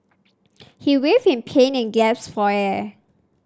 he writhed in pain and gasped for air